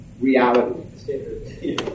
reality